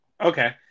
okay